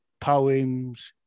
poems